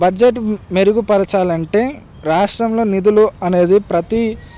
budget మెరుగుపరచాలంటే రాష్ట్రంలో నిధులు అనేది ప్రతి